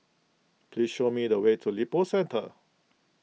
please show me the way to Lippo Centre